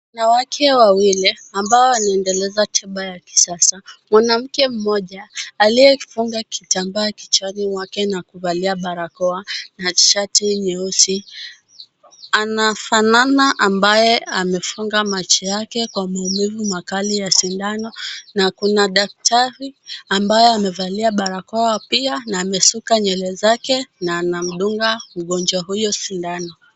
Wanawake wawili ambao wanaendeleza tiba ya kisasa. Mwanamke mmoja aliyefunga kitambaa kichwani mwake na kuvalia barakoa na tisheti nyeusi anafanana ambaye amefunga macho yake kwa maumivu makali ya sindano na kuna daktari ambaye amevalia barakoa pia na amesuka nywele zake na anamdunga mgonjwa huyo sindano.